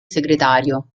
segretario